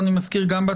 מכובדי, בוקר טוב.